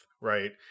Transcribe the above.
right